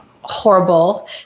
horrible